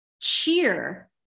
cheer